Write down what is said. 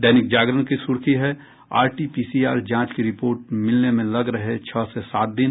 दैनिक जागरण की सुर्खी है आरटीपीसीआर जांच की रिपोर्ट मिलने में लग रहे छह से सात दिन